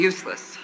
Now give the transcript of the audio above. Useless